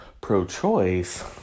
pro-choice